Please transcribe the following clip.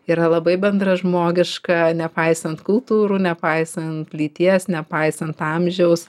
yra labai bendražmogiška nepaisant kultūrų nepaisant lyties nepaisant amžiaus